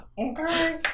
Okay